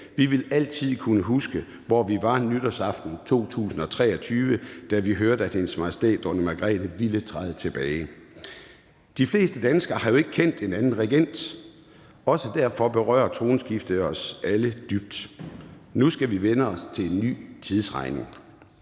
vil altid kunne huske, hvor vi var nytårsaften i 2023, da vi hørte, at Hendes Majestæt Dronning Margrethe ville træde tilbage. De fleste danskere har jo ikke kendt en anden regent. Også derfor berører tronskiftet os alle dybt. Nu skal vi vænne os til en ny tidsregning.